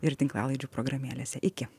ir tinklalaidžių programėlėse iki